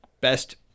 best